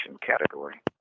category